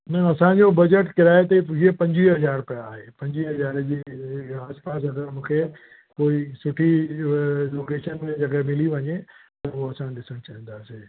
न असांजो बजट किराए ते वीह पंजवीह हज़ार रुपए आहे पंजवीहें हज़ारें जे अगरि आस पास अगरि मूंखे कोई सुठी लोकेशन में अगरि जॻहि मिली वञे त उहो असां ॾिसणु चाहींदासीं